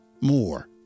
More